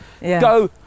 go